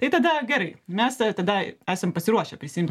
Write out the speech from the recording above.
tai tada gerai mes tada esam pasiruošę prisiimt